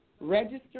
register